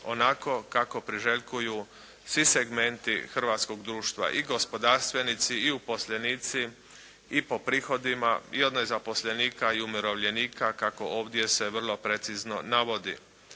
onako kako priželjkuju svi segmenti hrvatskog društva, i gospodarstvenici i uposlenici i po prihodima i od nezaposlenika i od umirovljenika kako ovdje se vrlo precizno navodi.